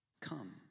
come